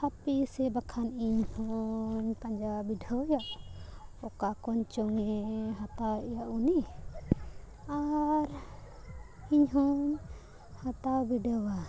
ᱦᱟᱯᱮ ᱥᱮ ᱵᱟᱠᱷᱟᱱ ᱤᱧ ᱦᱚᱧ ᱯᱟᱸᱡᱟ ᱵᱤᱰᱟᱹᱣ ᱮᱫ ᱚᱠᱟ ᱠᱷᱚᱱ ᱪᱚᱝ ᱮ ᱦᱟᱛᱟᱣ ᱮᱭᱟ ᱩᱱᱤ ᱟᱨ ᱤᱧ ᱦᱚᱧ ᱦᱟᱛᱟᱣ ᱵᱤᱰᱟᱹᱣᱟ